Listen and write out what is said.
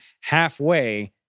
halfway